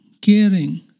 caring